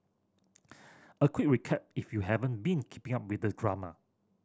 a quick recap if you haven't been keeping up with the drama